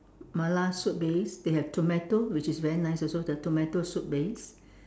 mala soup base they have tomato which is very nice also the tomato soup base